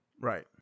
Right